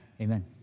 Amen